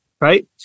right